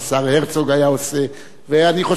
ואני חושב שהתחיל הרצוג,